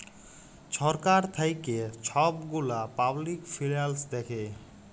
ছরকার থ্যাইকে ছব গুলা পাবলিক ফিল্যাল্স দ্যাখে